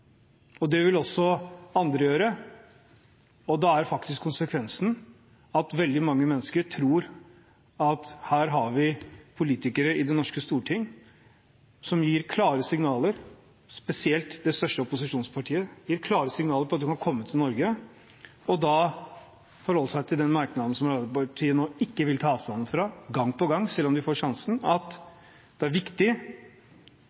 Det vil også andre gjøre. Da er faktisk konsekvensen at veldig mange mennesker tror at her har vi politikere i det norske storting – spesielt i det største opposisjonspartiet – som gir klare signaler om at man kan komme til Norge og forholde seg til den merknaden som Arbeiderpartiet nå ikke vil ta avstand fra, selv om de gang på gang får sjansen, om at det er viktig